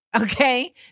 okay